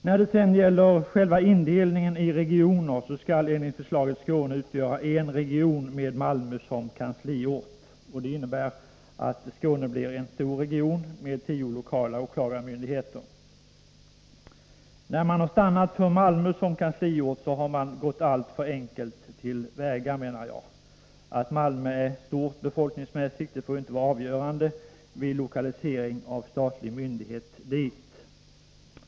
När det sedan gäller själva indelningen i regioner skall Skåne enligt förslaget utgöra en region, med Malmö som kansliort. Det innebär att Skåne blir en stor region, med tio lokala åklagarmyndigheter. När man har stannat för Malmö som kansliort har man gått alltför enkelt till väga. Att Malmö är stort befolkningsmässigt får inte vara avgörande vid lokalisering dit av statlig myndighet.